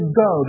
go